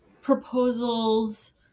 proposals